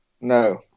No